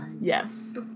Yes